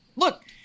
Look